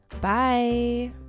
bye